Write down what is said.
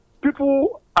People